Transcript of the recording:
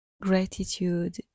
gratitude